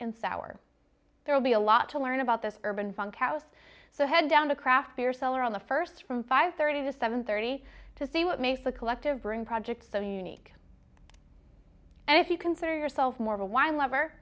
and sour there'll be a lot to learn about this urban funk ause so head down to craft beer cellar on the first from five thirty to seven thirty to see what makes the collective bring projects so unique and if you consider yourself more of a wine lover